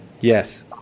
Yes